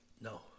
No